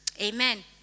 Amen